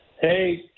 Hey